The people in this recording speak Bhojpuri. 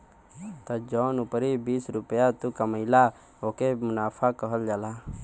त जौन उपरी बीस रुपइया तू कमइला ओके मुनाफा कहल जाला